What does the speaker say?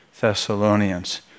Thessalonians